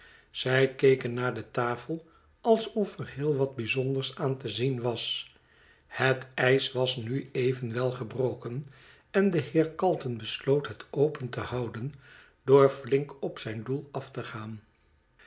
zij keken naar de tafel alsof er heel wat bijzonders aan te zien was het ijs was nu evenwel gebroken en de heer calton besloot het open te houden door funk op zijn doel af te gaan